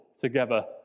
together